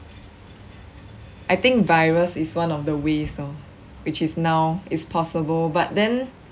I think virus is one of the ways lor which is now is possible but then